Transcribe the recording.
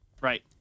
right